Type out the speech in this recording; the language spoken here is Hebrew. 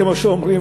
כמו שאומרים,